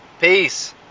Peace